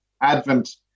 Advent